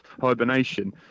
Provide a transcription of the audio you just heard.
hibernation